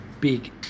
big